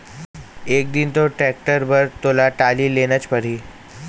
एक दिन तो टेक्टर बर तोला टाली लेनच परही